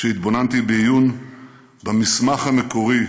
כשהתבוננתי בעיון במסמך המקורי